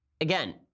again